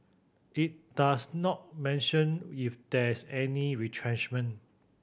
it does not mention if there's any retrenchment